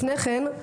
לפני כן,